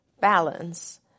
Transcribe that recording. balance